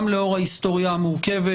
גם לאור ההיסטוריה המורכבת,